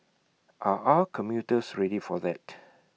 are our commuters ready for that